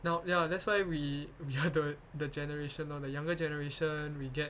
now ya that's why we we have the the generation lor the younger generation we get